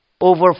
over